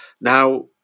now